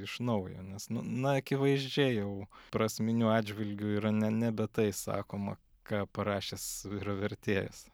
iš naujo nes nu na akivaizdžiai jau prasminiu atžvilgiu yra ne nebe tai sakoma ką parašęs yra vertėjas